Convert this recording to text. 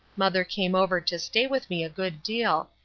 mother came over to stay with me a good deal,